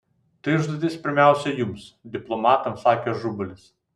tai užduotis pirmiausia jums diplomatams sakė ažubalis